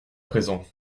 présent